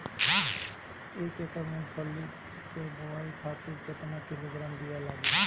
एक एकड़ मूंगफली क बोआई खातिर केतना किलोग्राम बीया लागी?